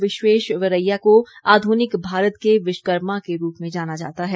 विश्वेश्वरैया को आध्निक भारत के विश्वकर्मा के रूप में जाना जाता है